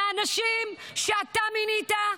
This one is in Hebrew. על האנשים שאתה מינית,